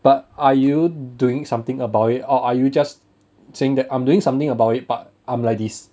but are you doing something about it or are you just saying that I'm doing something about it but I'm like this